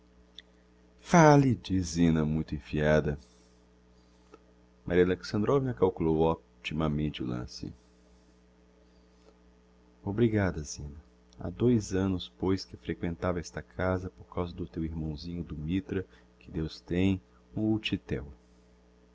diz zina muito enfiada maria alexandrovna calculou optimamente o lance obrigada zina ha dois annos pois que frequentava esta casa por causa do teu irmãozinho do mitra que deus tem um